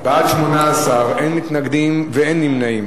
בעד 18, אין מתנגדים ואין נמנעים.